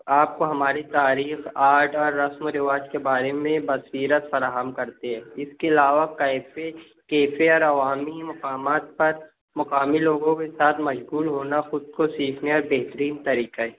آپ کو ہماری تاریخ آرٹ اور رسم و رواج کے بارے میں بصیرت فراہم کرتے ہیں اِس کے علاوہ کیفے کیفے اور عوامی مقامات پر مقامی لوگوں کے ساتھ مشغول ہونا خود کو سیکھنے کا بہترین طریقہ ہے